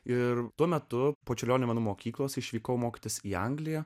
ir tuo metu po čiurlionio menų mokyklos išvykau mokytis į angliją